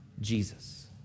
Jesus